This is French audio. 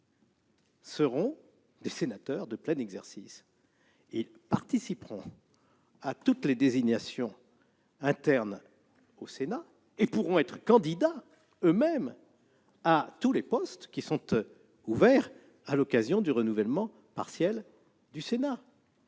seront des sénateurs de plein exercice ; ils participeront à toutes les désignations internes au Sénat et pourront être eux-mêmes candidats à tous les postes qui seront ouverts à l'occasion du renouvellement partiel du Sénat.